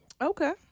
Okay